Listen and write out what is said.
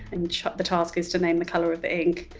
and the task is to name the color of ink.